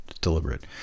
Deliberate